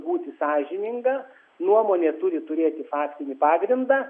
būti sąžininga nuomonė turi turėti faktinį pagrindą